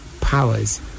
powers